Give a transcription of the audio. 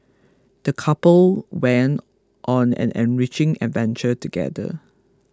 the couple went on an enriching adventure together